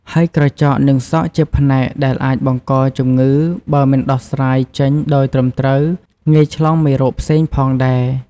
ហើយក្រចក និងសក់ជាផ្នែកដែលអាចបង្កជំងឺបើមិនដោះស្រាយចេញដោយត្រឹមត្រូវ ងាយឆ្លងមេរោគផ្សេងផងដែរ។